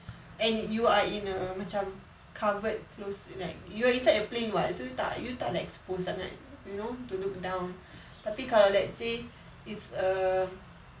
and you are in a macam covered closed like you're inside the plane [what] so tak you tak exposed sangat you know to look down tapi kalau let's say it's a